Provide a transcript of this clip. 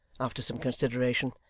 after some consideration.